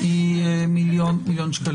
היא מיליון שקלים.